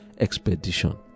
expedition